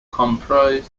compromised